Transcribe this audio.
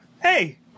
hey